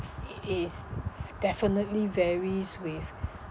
is definitely varies with